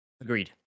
Agreed